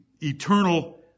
eternal